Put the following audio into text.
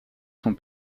son